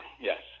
yes